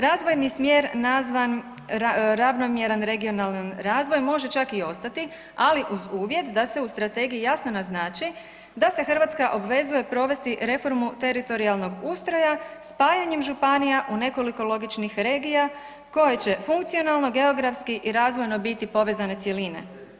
Razvojni smjer nazvan „ravnomjeran regionalni razvoj“ može čak i ostati, ali uz uvjet da se u strategiji jasno naznači da se Hrvatska obvezuje provesti reformu teritorijalnog ustroja spajanjem županija u nekoliko logičnih regija koje će funkcionalno, geografski i razvojno biti povezane cjeline.